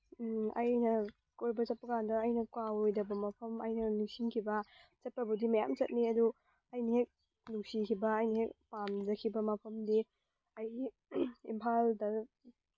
ꯑꯩꯅ ꯀꯣꯏꯕ ꯆꯠꯄꯀꯥꯟꯗ ꯑꯩꯅ ꯀꯥꯎꯔꯣꯏꯗꯕ ꯃꯐꯝ ꯑꯩꯅ ꯅꯤꯡꯁꯤꯡꯈꯤꯕ ꯆꯠꯄꯕꯨꯗꯤ ꯃꯌꯥꯝ ꯆꯠꯂꯤ ꯑꯗꯨ ꯑꯩꯅ ꯍꯦꯛ ꯅꯨꯡꯁꯤꯈꯤꯕ ꯑꯩꯅ ꯍꯦꯛ ꯄꯥꯝꯖꯈꯤꯕ ꯃꯐꯝꯗꯤ ꯑꯩꯒꯤ ꯏꯝꯐꯥꯜꯗ